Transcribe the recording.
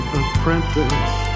apprentice